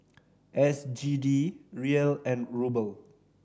S G D Riel and Ruble